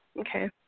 Okay